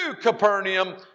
Capernaum